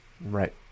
Right